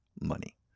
money